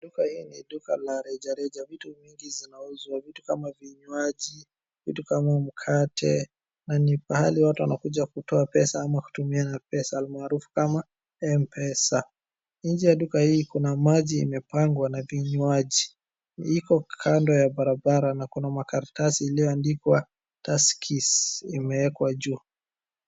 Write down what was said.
Duka hii ni duka la rejareja. Vitu mingi zinauzwa, vitu kama vinywaji, vitu kama mkate, na ni pahali watu wanakuja kutoa pesa ama kutumia hizo pesa almaarufu kama Mpesa. Nje ya duka hii kuna maji imepangwa na vinywaji, iko kando ya barabara na kuna makaratasi iliyoandikwa Tuskys imeekwa juu.